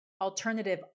Alternative